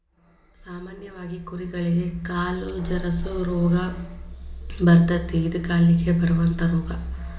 ಸಾಮಾನ್ಯವಾಗಿ ಕುರಿಗಳಿಗೆ ಕಾಲು ಜರಸು ರೋಗಾ ಬರತತಿ ಇದ ಕಾಲಿಗೆ ಬರುವಂತಾ ರೋಗಾ